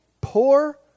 poor